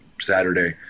Saturday